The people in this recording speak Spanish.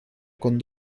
con